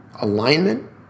alignment